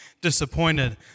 disappointed